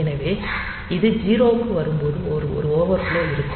எனவே இது 0 க்கு வரும்போது ஒரு ஓவர்ஃப்லோ இருக்கும்